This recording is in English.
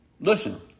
Listen